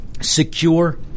Secure